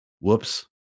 Whoops